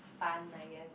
fun I guess